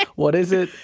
what is it?